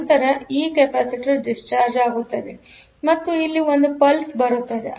ನಂತರ ಅದರಂತೆ ಈ ಕೆಪಾಸಿಟರ್ ಡಿಸ್ಚಾರ್ಜ್ ಆಗುತ್ತದೆ ಮತ್ತು ಇಲ್ಲಿ ಒಂದು ಪಲ್ಸ್ ಬರುತ್ತದೆ